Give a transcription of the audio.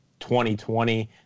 2020